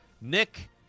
Nick